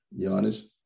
Giannis